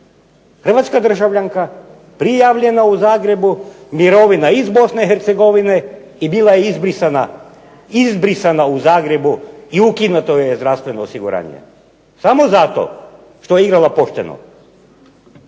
Hrvatska državljanka prijavljena u Zagrebu, mirovina iz Bosne i Hercegovine i bila je izbrisana u Zagrebu i ukinuto joj je zdravstveno osiguranje samo zato što je igrala pošteno.